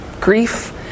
grief